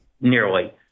nearly